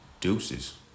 deuces